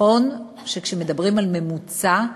נכון שכשמדברים על ממוצע,